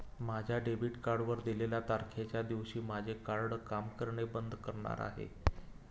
माझ्या डेबिट कार्डवर दिलेल्या तारखेच्या दिवशी माझे कार्ड काम करणे बंद करणार आहे